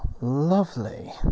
Lovely